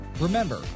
Remember